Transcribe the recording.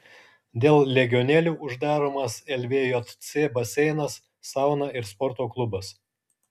dėl legionelių uždaromas lvjc baseinas sauna ir sporto klubas